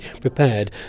prepared